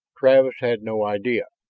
travis had no idea.